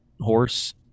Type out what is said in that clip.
horse